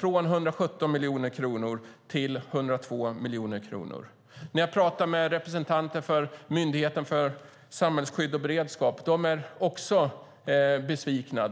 från 117 miljoner kronor till 102 miljoner kronor. Jag har pratat med representanter för Myndigheten för samhällsskydd och beredskap, och de är också besvikna.